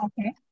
okay